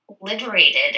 liberated